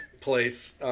place